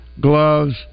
gloves